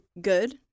Good